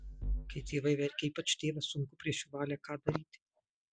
kai tėvai verkia ypač tėvas sunku prieš jų valią ką daryti